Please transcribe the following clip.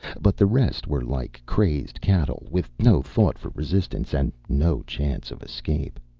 but the rest were like crazed cattle, with no thought for resistance, and no chance of escape.